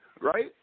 right